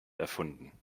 erfunden